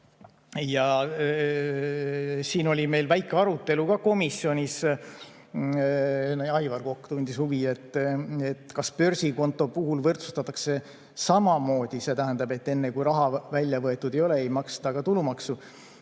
Ja siin oli meil väike arutelu ka komisjonis. Aivar Kokk tundis huvi, kas börsikonto puhul võrdsustatakse samamoodi, see tähendab, et kui raha välja võetud ei ole, siis ei maksta ka tulumaksu.